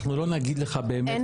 אנחנו לא נגיד לך באמת כמה.